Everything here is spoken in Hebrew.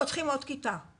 פותחים עוד כיתה,